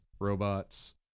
robots